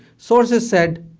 sources said,